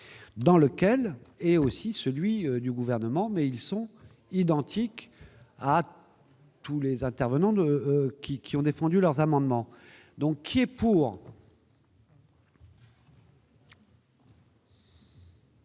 dans lequel est aussi celui du gouvernement, mais ils sont identiques à tous les intervenants de qui, qui ont défendu leurs amendements, donc il est pour.